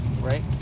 right